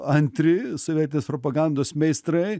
antri sovietinės propagandos meistrai